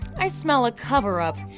i smell a coverup.